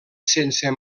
sense